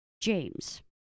James